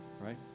Right